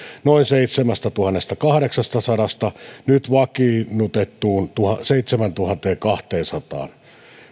noin seitsemästätuhannestakahdeksastasadasta nyt vakiinnutettuun seitsemääntuhanteenkahteensataan